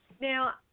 Now